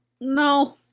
No